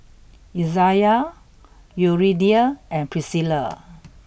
Izayah Yuridia and Priscilla